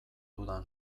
dudan